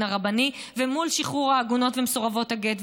הרבני ומול שחרור העגונות ומסורבות הגט.